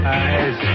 eyes